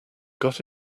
got